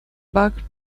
back